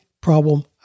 problem